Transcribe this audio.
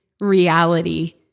reality